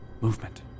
Movement